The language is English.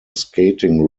skating